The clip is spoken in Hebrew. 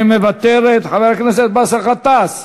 מוותרת, חבר הכנסת באסל גטאס,